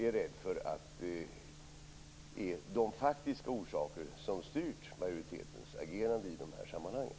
Jag är rädd för att det är de faktiska orsakerna som har styrt majoritetens agerande i sammanhanget.